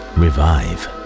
revive